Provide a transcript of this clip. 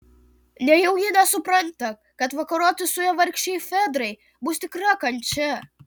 nejau ji nesupranta kad vakaroti su ja vargšei fedrai bus tikra kančia